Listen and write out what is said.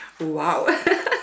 Wow